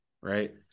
right